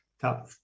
top